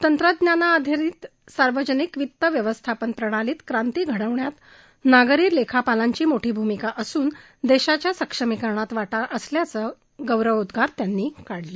तंत्रज्ञानाधारित सार्वजनिक वित्त व्यवस्थापन प्रणालीत क्रांती घडवण्यात नागरी लेखापालांचा मोठी भूमिका असून देशाच्या सक्षमीकरणात वाटा असल्याचे गौरव उद्गोगार त्यांनी काढले